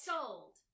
Sold